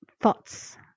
thoughts